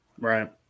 Right